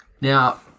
Now